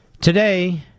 Today